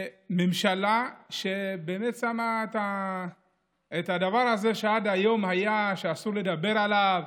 ממשלה שבאמת שמה את הדבר הזה שעד היום היה אסור לדבר עליו,